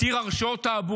עתיר הרשעות תעבורה,